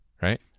right